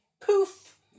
Poof